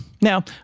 Now